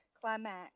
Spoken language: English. climax